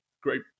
great